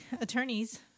attorneys